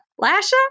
Lasha